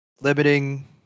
limiting